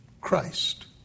Christ